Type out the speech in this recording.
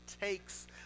takes